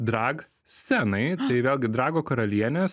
drag scenai tai vėlgi drago karalienės